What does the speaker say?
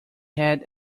had